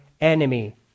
enemy